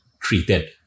treated